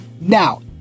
Now